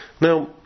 Now